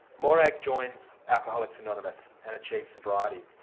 morag joins alcoholics anonymous and achieves sobriety.